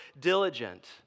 diligent